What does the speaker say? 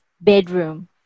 bedroom